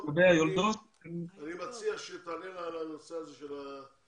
אני מציע שתענה לחברת הכנסת על העניין הזה של היולדות.